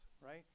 right